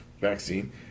vaccine